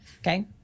okay